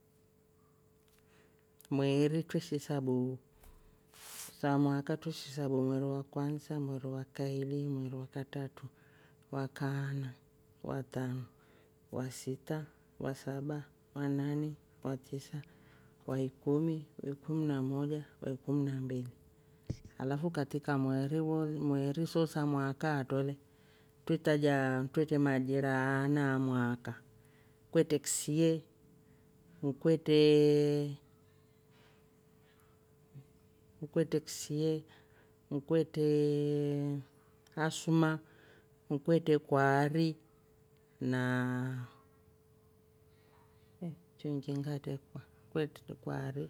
Mweeri twreshi isabu. sa mwaaka twe shi sabu mweri wa kwansa, mweri wa kaili, mweri wa katratu, wakaana, wa tanu, wa sita, wa saba, wa nane, watisa, wa kumi, wa ikumnamoja na wa ikumi na mbili. alafu katrika mweeri wo le. mweeri so sa mwaaka atro le twe tajaa. twre majira aana a mwaka kwetre kisie. kwetreee kwetre kisie. kwetreee asuma. kwetre kwaari naa choiki ngatrekuwa.